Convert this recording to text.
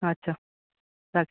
আচ্ছা রাখ